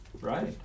Right